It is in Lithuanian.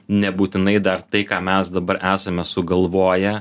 nebūtinai dar tai ką mes dabar esame sugalvoję